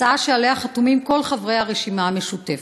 שעליה חתומים כל חברי הרשימה המשותפת.